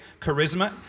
Charisma